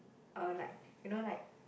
uh like you know like